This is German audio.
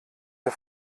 der